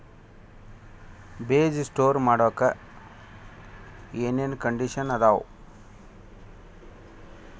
ಬೇಜ ಸ್ಟೋರ್ ಮಾಡಾಕ್ ಏನೇನ್ ಕಂಡಿಷನ್ ಅದಾವ?